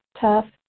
tough